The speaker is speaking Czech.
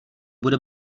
bude